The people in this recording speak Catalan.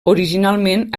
originalment